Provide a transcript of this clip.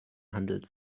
handel